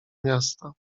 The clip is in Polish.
miasta